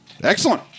Excellent